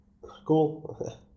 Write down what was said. Cool